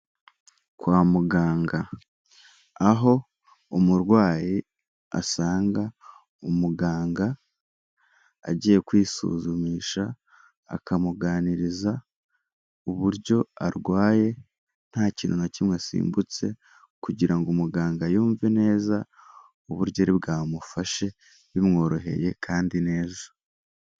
Kwa muganga, aho umurwayi asanga umuganga agiye kwisuzumisha akamuganiriza uburyo arwaye nta kintu na kimwe asimbutse kugira ngo umuganga yumve neza uburyo aribwamufashe bimworoheye kandi neza.